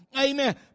amen